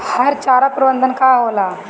हरा चारा प्रबंधन का होला?